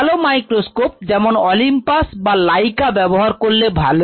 ভালো মাইক্রোস্কোপ যেমন অলিম্পাস বা লাইকা ব্যবহার করলে ভালো